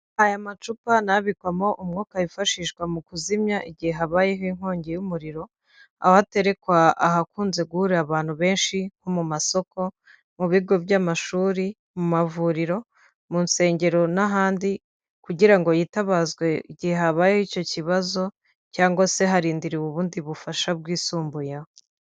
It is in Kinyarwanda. Aya macupa ni abikwamo umwuka wifashishwa mu kuzimya igihe habayeho inkongi y'umuriro, aho aterekwa ahakunze guhurira abantu benshi nko mu masoko, mu bigo by'amashuri, mu mavuriro, mu nsengero n'ahandi, kugira ngo yitabazwe igihe habayeho icyo kibazo, cyangwa se harindiriwe ubundi bufasha bwisumbuyeho.